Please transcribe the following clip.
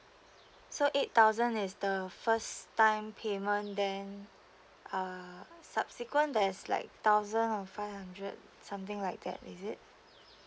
so eight thousand is the first time payment then uh subsequent there's like thousand and five hundred something like that is it